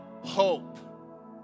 hope